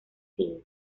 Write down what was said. steel